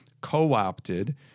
co-opted